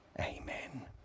Amen